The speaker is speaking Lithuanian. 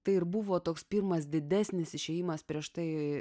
tai ir buvo toks pirmas didesnis išėjimas prieš tai